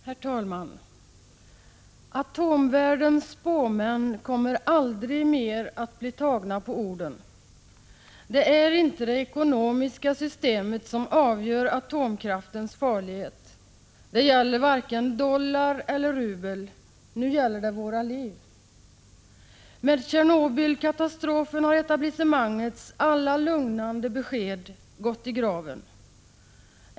Herr talman! Atomvärldens spåmän kommer aldrig mer att bli tagna på orden. Det är inte det ekonomiska systemet som avgör atomkraftens farlighet. Det gäller varken dollar eller rubel, nu gäller det våra liv. Med Tjernobylkatastrofen har etablissemangets alla lugnande besked gått i graven.